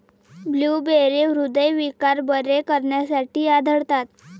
blueberry हृदयविकार बरे करण्यासाठी आढळतात